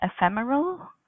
ephemeral